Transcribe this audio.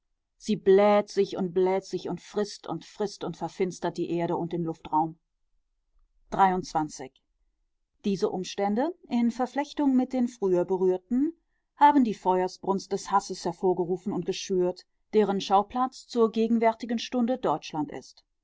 sie bläht sich und bläht sich und frißt und frißt und verfinstert die erde und den luftraum diese umstände in verflechtung mit den früher berührten haben die feuersbrunst des hasses hervorgerufen und geschürt deren schauplatz zur gegenwärtigen stunde deutschland ist